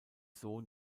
sohn